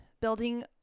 building